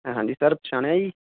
ਹਾਂਜੀ ਸਰ ਪਛਾਣਿਆ ਜੀ